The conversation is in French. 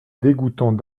dégoûtant